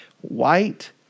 white